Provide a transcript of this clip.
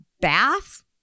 bath